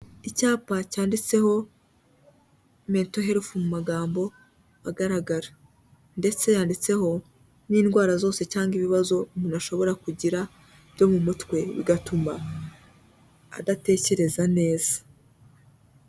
Icyapa cyanditseho Mental Health mu magambo agaragara. Ndetse handitseho n'indwara zose cyangwa ibibazo umuntu ashobora kugira byo mu mutwe, bigatuma adatekereza neza.